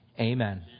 Amen